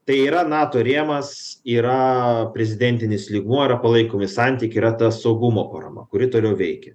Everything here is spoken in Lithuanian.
tai yra nato rėmas yra prezidentinis lygmuo yra palaikomi santykiai yra ta saugumo parama kuri toliau veikia